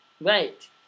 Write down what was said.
Right